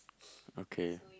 okay